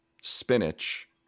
spinach